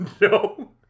No